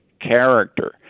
character